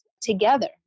together